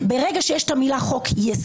ברגע שיש את המילה "חוק-יסוד",